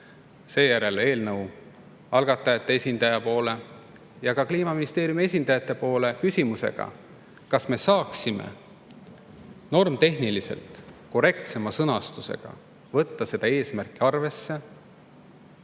seejärel eelnõu algatajate esindaja poole ja ka Kliimaministeeriumi esindajate poole küsimusega, kas me saaksime normitehniliselt korrektsema sõnastusega, mõnevõrra teistsuguse